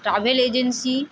travel agency